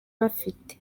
bafite